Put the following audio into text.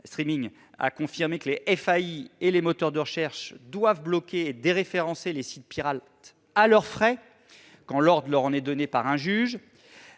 d'accès à internet et les moteurs de recherche doivent bloquer et déréférencer les sites pirates à leurs frais, quand l'ordre leur en est donné par un juge.